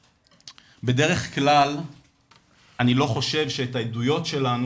בדרך כלל אני לא חושב שאת העדויות שלנו